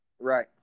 Right